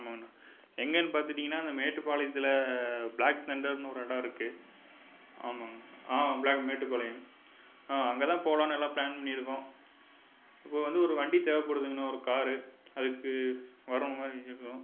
ஆமாங்கண்ணா எங்கேன்னு பார்த்திட்டிங்கனா அந்த மேட்டுப்பாளையத்தில் பிளாக் தண்டருனு ஒரு இடம் இருக்குது ஆமாங்கண்ணா ஆ ப்ளாக் மேட்டுப்பாளையம் ஆ அங்கேதான் போகலான்னு எல்லாம் ப்ளான் பண்ணியிருக்கோம் இப்போ வந்து ஒரு வண்டி தேவைப்படுதுங்கண்ணா ஒரு கார் அதுக்கு வரமாதிரி கேட்குறோம்